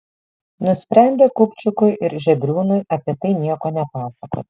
nusprendė kupčikui ir žebriūnui apie tai nieko nepasakoti